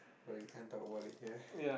but you can't talk about it here